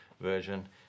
version